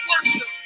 worship